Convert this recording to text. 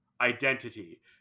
identity